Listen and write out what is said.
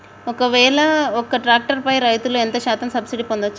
ఒక్కవేల ఒక్క ట్రాక్టర్ పై రైతులు ఎంత శాతం సబ్సిడీ పొందచ్చు?